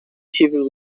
civil